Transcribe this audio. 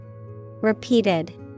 Repeated